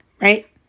right